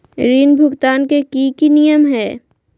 ऋण भुगतान के की की नियम है?